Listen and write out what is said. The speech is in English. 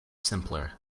simpler